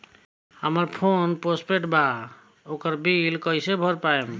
हमार phone post paid बा ओकर बिल कईसे भर पाएम?